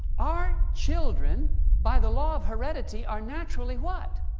our children by the law of heredity are naturally, what.